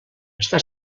està